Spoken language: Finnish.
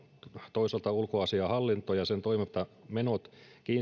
toisaalta ulkoasiainhallinto ja sen toimintamenot